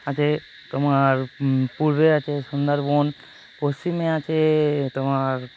আছে তোমার পূর্বে আছে সুন্দরবন পশ্চিমে আছে তোমার